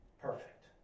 Perfect